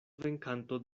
venkanto